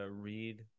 read